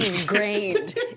ingrained